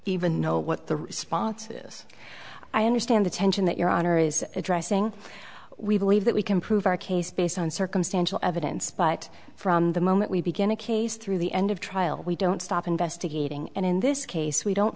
even know what the response is i understand detention that your honor is addressing we believe that we can prove our case based on circumstantial evidence but from the moment we begin a case through the end of trial we don't stop investigating and in this case we don't